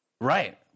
Right